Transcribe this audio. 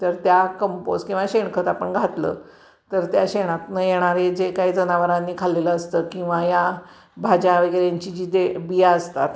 तर त्या कंपोज किंवा शेणखत आपण घातलं तर त्या शेणातून येणारे जे काही जनावरांनी खाल्लेलं असतं किंवा या भाज्या वगैरेंची जी जे बिया असतात